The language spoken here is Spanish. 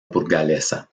burgalesa